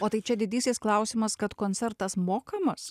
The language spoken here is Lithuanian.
o tai čia didysis klausimas kad koncertas mokamas